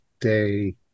day